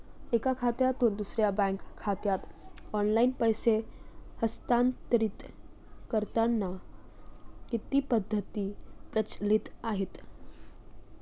एका खात्यातून दुसऱ्या बँक खात्यात ऑनलाइन पैसे हस्तांतरित करण्यासाठी किती पद्धती प्रचलित आहेत?